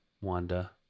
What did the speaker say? wanda